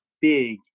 big